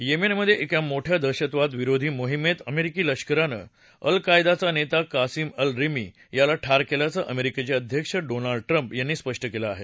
येमेनमधे एका मोठ्या दहशतवादविरोधी मोहिमेत अमेरिकी लष्करानं अल कायदाचा नेता कासीम अल रिमी याला ठार केल्याचं अमेरिकेचे अध्यक्ष डोनाल्ड ट्रंप यांनी स्पष्ट केलं आहे